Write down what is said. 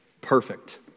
perfect